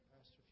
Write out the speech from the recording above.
Pastor